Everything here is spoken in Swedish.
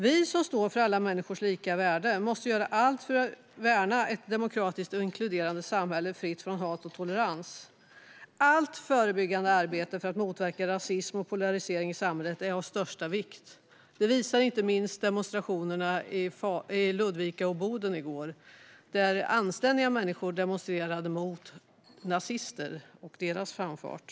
Vi som står för alla människors lika värde måste göra allt för att värna ett demokratiskt och inkluderande samhälle, fritt från hat och intolerans. Allt förebyggande arbete för att motverka rasism och polarisering i samhället är av största vikt. Det visar inte minst demonstrationerna i Ludvika och Boden i går, där anständiga människor demonstrerade mot nazister och deras framfart.